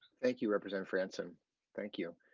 thank you representative franson thank you.